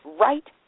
right